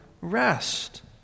rest